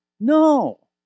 No